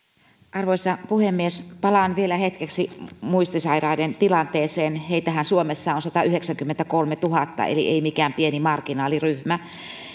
arvoisa puhemies palaan vielä hetkeksi muistisairaiden tilanteeseen heitähän suomessa on satayhdeksänkymmentäkolmetuhatta eli ei mikään pieni marginaaliryhmä